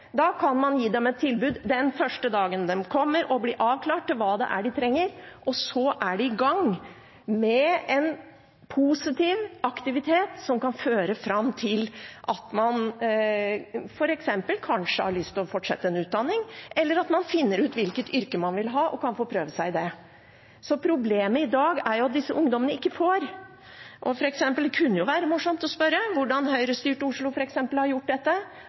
Da kan man gi dem et tilbud den første dagen de kommer og man får avklart hva det er de trenger, og så er de i gang med en positiv aktivitet som kanskje kan føre til at man får lyst til å fortsette en utdanning, eller at man finner ut hvilket yrke man vil ha, og kan få prøve seg i det. Problemet i dag er jo at disse ungdommene ikke får oppfølging. Det kunne være morsomt å spørre hvordan Høyre-styrte Oslo, f.eks., har gjort dette.